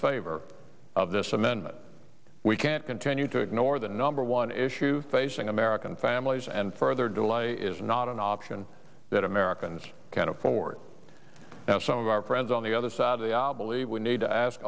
favor of this amendment we can't continue to ignore the number one issue facing american families and further delay is not an option that americans can afford now some of our friends on the other side of the aisle believe we need to ask